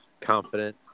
confident